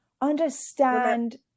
understand